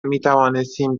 میتوانستیم